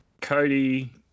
Cody